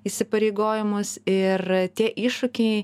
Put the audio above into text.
įsipareigojimus ir tie iššūkiai